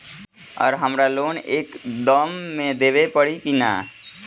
आर हमारा लोन एक दा मे देवे परी किना?